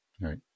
Right